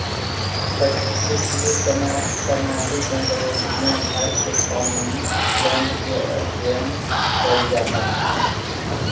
वैश्विक वित्तीय प्रणाली के अंतर्गत दुनिया भर के कानूनी अनुबंध के अध्ययन कैल जा हई